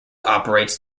operates